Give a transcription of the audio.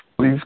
Please